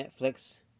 Netflix